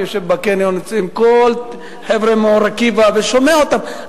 אני יושב בקניון עם כל החבר'ה מאור-עקיבא ושומע אותם.